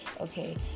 okay